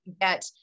get